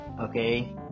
Okay